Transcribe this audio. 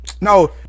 no